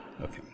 Okay